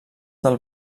del